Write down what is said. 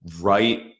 right